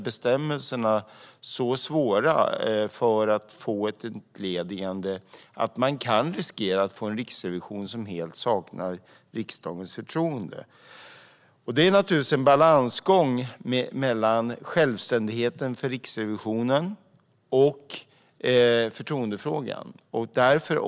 Bestämmelserna för entledigande är så svåra att risken finns att man får en riksrevision som helt saknar riksdagens förtroende. Naturligtvis finns det en balansgång mellan självständigheten för Riksrevisionen och förtroendefrågan.